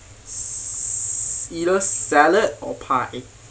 either salad or pie